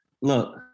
look